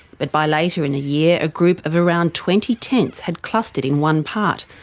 but by later in the year, a group of around twenty tents had clustered in one part,